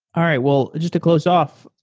all right. well, just to close off,